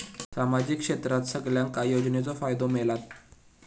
सामाजिक क्षेत्रात सगल्यांका योजनाचो फायदो मेलता?